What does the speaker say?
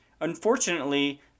Unfortunately